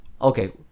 okay